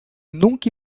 nunca